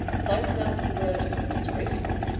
as i pronounced the word disgraceful,